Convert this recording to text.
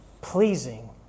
pleasing